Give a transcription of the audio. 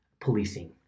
policing